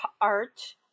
art